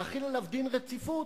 להחיל עליו דין רציפות,